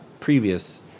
previous